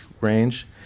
range